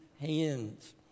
hands